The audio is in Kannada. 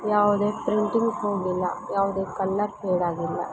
ಯಾವುದೇ ಪ್ರಿಂಟಿಂಗ್ ಹೋಗಿಲ್ಲ ಯಾವುದೇ ಕಲರ್ ಫೇಡಾಗಿಲ್ಲ